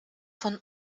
von